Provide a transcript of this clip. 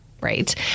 Right